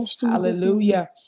Hallelujah